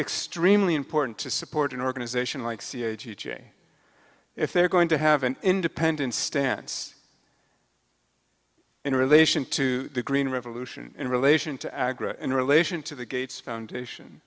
extremely important to support an organization like cia t j if they're going to have an independent stance in relation to the green revolution in relation to agra in relation to the gates foundation